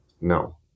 No